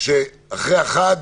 שאחרי החג,